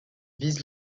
vise